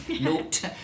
Note